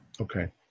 Okay